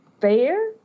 fair